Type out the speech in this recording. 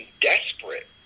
desperate